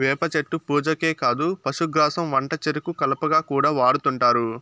వేప చెట్టు పూజకే కాదు పశుగ్రాసం వంటచెరుకు కలపగా కూడా వాడుతుంటారు